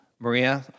Maria